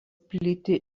plyti